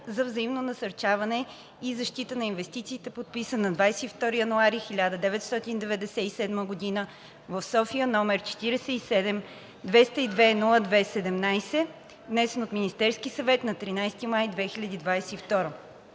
за взаимно насърчаване и защита на инвестициите, подписан на 22 януари 1997 г. в София, № 47-202-02-17, внесен от Министерския съвет на 13 май 2022